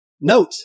Note